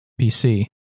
PC